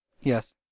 Yes